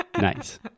Nice